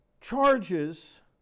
charges